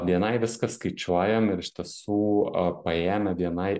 bni viską skaičiuojam ir iš tiesų a paėmę bni